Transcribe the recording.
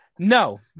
No